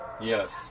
Yes